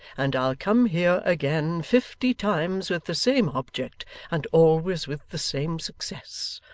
and i'll come here again fifty times with the same object and always with the same success.